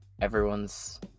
everyone's